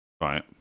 Right